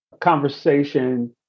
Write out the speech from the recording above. conversation